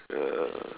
ya